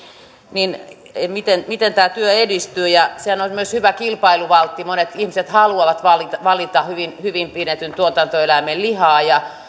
miten miten tämä työ edistyy sehän olisi myös hyvä kilpailuvaltti monet ihmiset haluavat valita valita hyvin hyvin pidetyn tuotantoeläimen lihaa